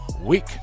week